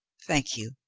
thank you,